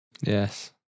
Yes